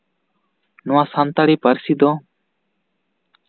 ᱱᱚᱣᱟ ᱥᱟᱱᱛᱟᱲᱤ ᱯᱟᱹᱨᱥᱤ ᱫᱚ